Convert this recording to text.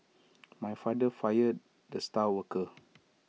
my father fired the star worker